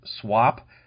swap